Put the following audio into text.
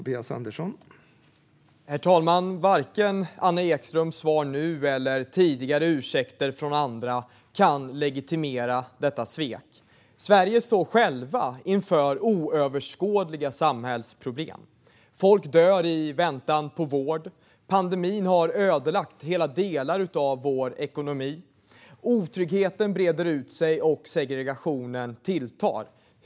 Herr talman! Varken Anna Ekströms svar nu eller tidigare ursäkter från andra kan legitimera detta svek. Sverige står självt inför oöverskådliga samhällsproblem. Folk dör i väntan på vård. Pandemin har ödelagt delar av vår ekonomi. Otryggheten breder ut sig och segregationen tilltar.